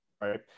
right